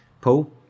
Paul